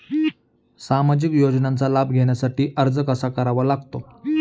सामाजिक योजनांचा लाभ घेण्यासाठी अर्ज कसा करावा लागतो?